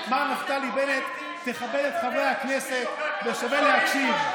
מר נפתלי בנט, תכבד את חברי הכנסת, ושווה להקשיב.